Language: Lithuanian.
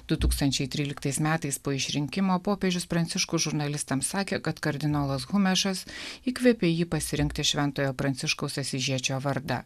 du tūkstančiai tryliktais metais po išrinkimo popiežius pranciškus žurnalistams sakė kad kardinolas humešas įkvėpė jį pasirinkti šventojo pranciškaus asyžiečio vardą